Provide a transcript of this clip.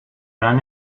run